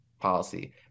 policy